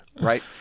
Right